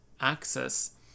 access